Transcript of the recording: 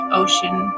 ocean